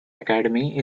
academy